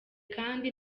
kandi